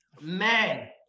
man